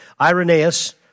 Irenaeus